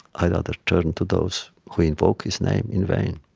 i rather turn to those who invoke his name in vain,